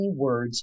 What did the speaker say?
keywords